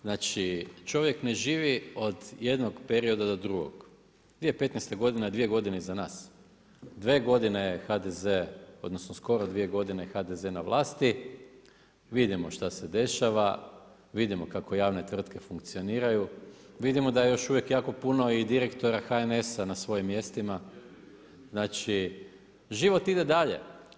Znači, čovjek ne živi od jednog perioda do drugog, 2015., dvije godine iza nas. dvije godine je HDZ, odnosno skoro dvije godine je HDZ na vlasti, vidimo šta se dešava, vidimo kako javne tvrtke funkcioniraju, vidimo da je još uvijek jako puno i direktora HNS-a na svojim mjestima, znači život ide dalje.